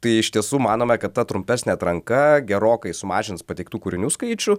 tai iš tiesų manome kad ta trumpesnė atranka gerokai sumažins pateiktų kūrinių skaičių